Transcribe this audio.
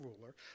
ruler